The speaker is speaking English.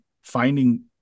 finding